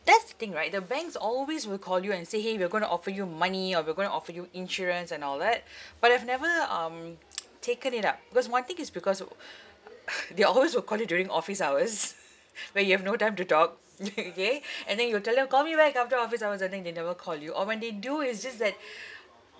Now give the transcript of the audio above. that's the thing right the banks always will call you and say !hey! we're going to offer you money or we're going to offer you insurance and all that but I've never um taken it up because one thing is because they always will call you during office hours where you have no time to talk okay and then you tell them call me back after office hours and then they never call you or when they do it's just that